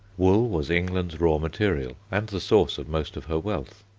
wool was england's raw material and the source of most of her wealth.